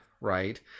right